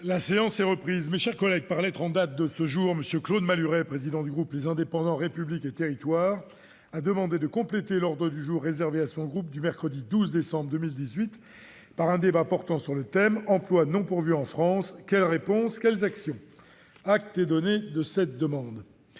La séance est reprise. Mes chers collègues, par lettre en date de ce jour, M. Claude Malhuret, président du groupe Les Indépendants-République et Territoires, a demandé de compléter l'ordre du jour réservé à son groupe du mercredi 12 décembre 2018 par un débat portant sur le thème :« Emplois non pourvus en France : quelles réponses ? Quelles actions ?». Acte est donné de cette demande.